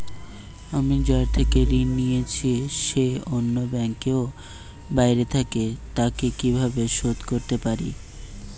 আমি যার থেকে ঋণ নিয়েছে সে অন্য ব্যাংকে ও বাইরে থাকে, তাকে কীভাবে শোধ করতে পারি?